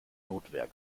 notwehr